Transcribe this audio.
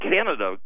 Canada